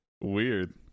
Weird